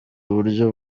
uburyo